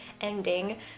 ending